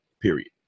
period